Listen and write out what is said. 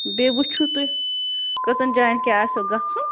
بیٚیہِ وُچھِو تُہۍ کٔژن جایَن کیٛاہ آسٮ۪و گژھُن